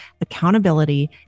accountability